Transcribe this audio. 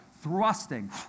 thrusting